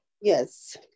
Yes